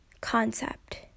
concept